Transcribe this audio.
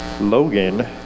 Logan